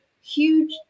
huge